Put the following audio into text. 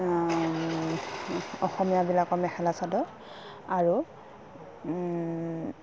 অসমীয়াবিলাকৰ মেখেলা চাদৰ আৰু